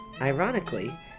Ironically